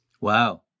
Wow